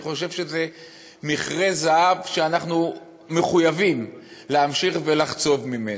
אני חושב שזה מכרה זהב שאנחנו מחויבים להמשיך ולחצוב ממנו.